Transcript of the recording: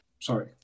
Sorry